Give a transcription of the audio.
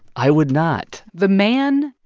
i would not the man.